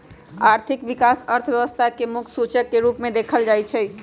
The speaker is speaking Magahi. आर्थिक विकास अर्थव्यवस्था के मुख्य सूचक के रूप में देखल जाइ छइ